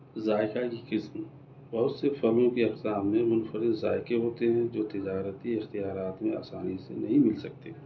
ذائقہ کی قسم بہت سے پھلوں کی اقسام میں منفرد ذائقے ہوتے ہیں جو تجارتی اختیارات میں آسانی سے نہیں مِل سکتے